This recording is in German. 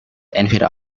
entweder